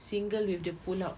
single with the pull out